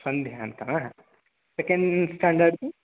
ಸಂಧ್ಯಾ ಅಂತನಾ ಸೆಕೆಂಡ್ ಸ್ಟ್ಯಾಂಡರ್ಡ್ದು